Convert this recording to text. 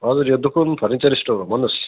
हजुर यो दुकुन फर्निचर स्टोर हो भन्नुहोस्